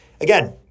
Again